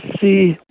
see